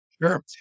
Sure